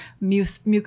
mucus